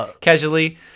casually